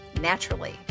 naturally